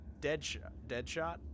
Deadshot